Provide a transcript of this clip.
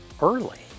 early